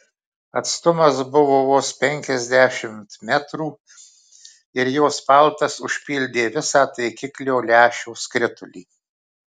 atstumas buvo vos penkiasdešimt metrų ir jos paltas užpildė visą taikiklio lęšio skritulį